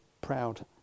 proud